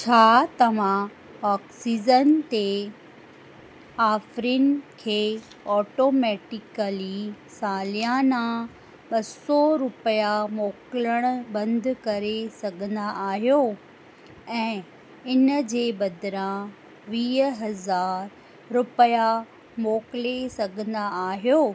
छा तव्हां ऑक्सीजन ते आफ़रीन खे ऑटोमैटिकली सालयाना ॿ सौ रुपया मौकिलणु बंदि करे सघंदा आहियो ऐं इन जे बदिरां वीह हज़ार रुपया मोकिले सघंदा आहियो